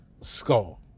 skull